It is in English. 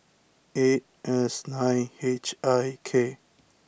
eight S nine H I K